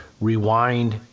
rewind